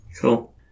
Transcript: Cool